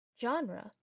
genre